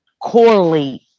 correlate